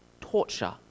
torture